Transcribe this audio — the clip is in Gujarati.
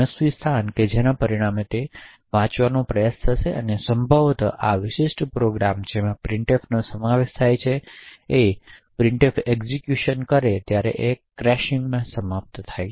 મનસ્વી સ્થાન કે જેના પરિણામે તે વાંચવાનો પ્રયાસ કરશે સંભવત આ વિશિષ્ટ પ્રોગ્રામ જેમાં પ્રિન્ટફનો સમાવેશ થાય છે તે જ્યારે આ પ્રિન્ટફ એક્ઝેક્યુટ કરે ત્યારે ક્રેશિંગમાં સમાપ્ત થાય